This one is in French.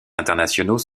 internationaux